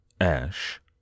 Ash